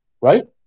right